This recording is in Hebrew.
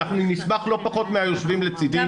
אנחנו נשמח לא פחות מהיושבים לצדי,